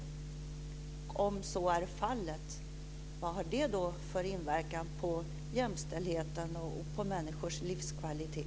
Om så är fallet undrar jag vilken inverkan det får på jämställdheten och på människors livskvalitet.